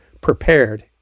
prepared